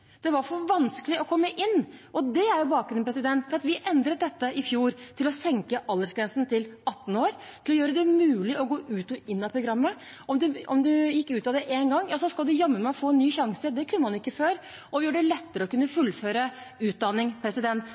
det var for vanskelig å komme inn. Det er bakgrunnen for at vi endret dette i fjor, ved å senke aldersgrensen til 18 år, ved å gjøre det mulig å gå ut og inn av programmet. Om en gikk ut av det én gang, ja, så skulle en jammen meg få en ny sjanse. Det kunne man ikke før. Vi gjør det lettere å kunne fullføre utdanning.